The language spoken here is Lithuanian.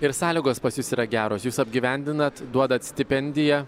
ir sąlygos pas jus yra geros jūs apgyvendinat duodat stipendiją